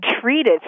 treated